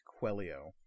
Quelio